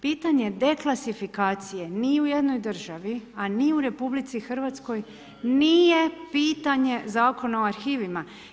Pitanje deklasifikacije ni u jednoj državi a ni u RH nije pitanje Zakona o arhivima.